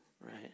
right